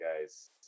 guys